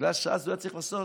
בגלל שאז הוא היה צריך לעשות